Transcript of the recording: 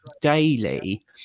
daily